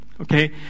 Okay